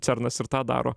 cernas ir tą daro